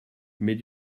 mais